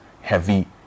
heavy